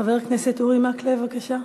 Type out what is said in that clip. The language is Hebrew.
חבר הכנסת אורי מקלב, בבקשה.